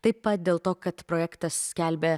taip pat dėl to kad projektas skelbia